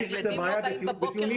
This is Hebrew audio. הילדים לא באים בבוקר?